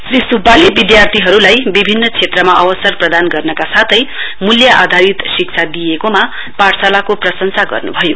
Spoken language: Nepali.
श्री सुब्बाले विद्यार्थीहरूलाई विभिन्न क्षेत्रमा अवसर प्रदान गर्नका साथै मूल्य आधारित शिक्षा दिइएकोमा पाठशालाको प्रशंसा गर्नु भयो